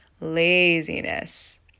Laziness